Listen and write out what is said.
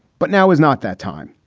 but now is not that time.